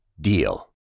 DEAL